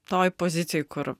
toj pozicijoj kur